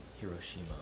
Hiroshima